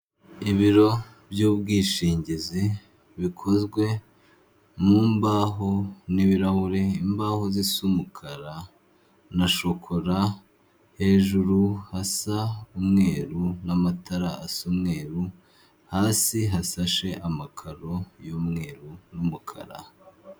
Ibiro by'ubwishingizi bikozwe mu mbaho n'ibirahure, imbaho zisa umukara na shokora, hejuru hasa umweru n'amatara asa umweru, hasi hasashe amakaro y'umweru n'umukara.